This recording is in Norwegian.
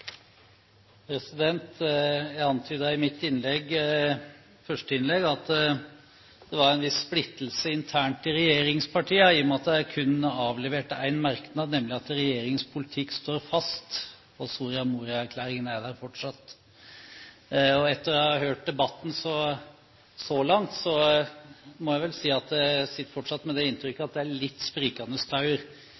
i mitt første innlegg at det var en viss splittelse internt i regjeringspartiene, i og med at det kun er avlevert en merknad, nemlig at regjeringens politikk står fast, at Soria Moria-erklæringen er der fortsatt. Etter å ha hørt debatten så langt må jeg vel si at jeg fortsatt sitter med det inntrykket